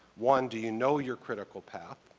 one, do you know your critical path,